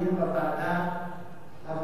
הוועדה אישרה את הצעת החוק,